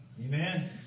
Amen